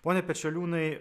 pone pečeliūnai